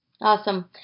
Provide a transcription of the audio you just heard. Awesome